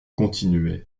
continuaient